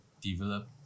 develop